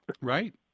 right